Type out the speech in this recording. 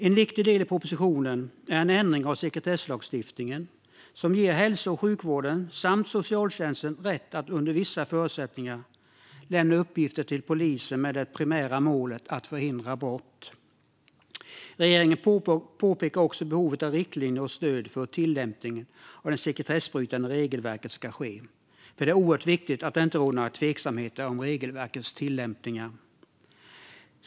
En viktig del i propositionen är en ändring av sekretesslagstiftningen som ger hälso och sjukvården samt socialtjänsten rätt att under vissa förutsättningar lämna uppgifter till polisen med det primära målet att förhindra brott. Regeringen påpekar också behovet av riktlinjer och stöd för hur tillämpningen av det sekretessbrytande regelverket ska ske, för det är oerhört viktigt att det inte råder några tveksamheter om regelverkets tillämpning.